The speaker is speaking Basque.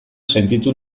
sentitu